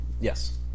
Yes